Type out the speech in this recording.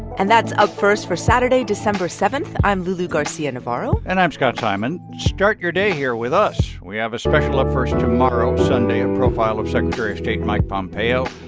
and that's up first for saturday, december seven. i'm lulu garcia-navarro and i'm scott simon. start your day here with us. we have a special up first tomorrow, sunday a profile of secretary of state mike pompeo.